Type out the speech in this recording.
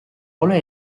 ole